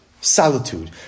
solitude